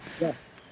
Yes